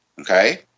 okay